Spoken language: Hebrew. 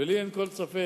ולי אין כל ספק